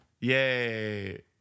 Yay